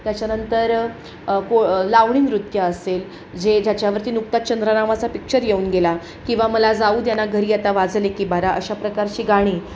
त्याच्यानंतर को लावणी नृत्य असेल जे ज्याच्यावरती नुकतात चंद्रा नावाचा पिच्चर येऊन गेला किंवा मला जाऊ दे ना घरी आता वाजले की बारा अशा प्रकारची गाणी